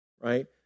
right